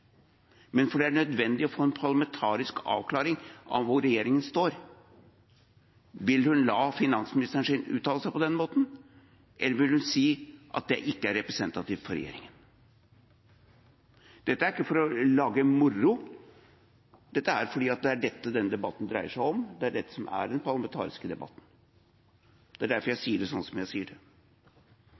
men fordi det er nødvendig å få en parlamentarisk avklaring av hvor regjeringa står. Vil hun la finansministeren sin uttale seg på den måten, eller vil hun si at det ikke er representativt for regjeringa? Dette er ikke for å lage moro, dette er fordi det er dette denne debatten dreier seg om, det er dette som er den parlamentariske debatten. Det er derfor jeg sier det sånn som jeg sier det.